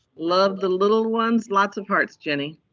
love the little ones. lots of hearts, jenny.